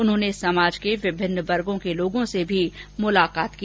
उन्होंने समाज के विभिन्न वर्ग के लोगों से भी मुलाकात की